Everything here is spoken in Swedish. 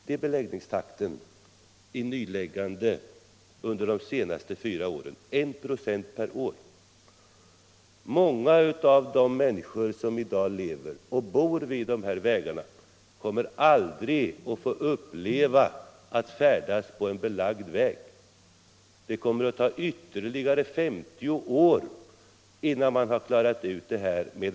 Det har varit ökningstakten under de senaste fyra åren. Många av de människor som i dag bor vid dessa vägar kommer aldrig att få färdas på en belagd väg i sina hemtrakter. Det kommer att ta ytterligare 50 år med den här takten innan dessa vägar är belagda.